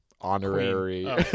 honorary